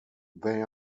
they